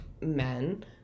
men